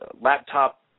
laptop